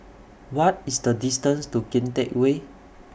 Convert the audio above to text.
What IS The distance to Kian Teck Way